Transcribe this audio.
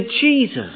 Jesus